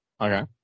Okay